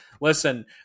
listen